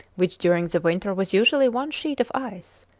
which during the winter was usually one sheet of ice,